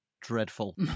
dreadful